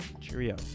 Cheerio